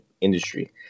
industry